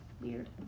weird